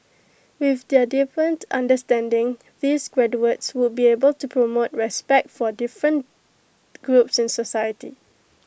with their deepened understanding these graduates would be able to promote respect for different groups in society